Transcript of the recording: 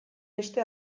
beste